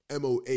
MOA